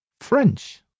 French